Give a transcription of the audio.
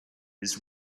his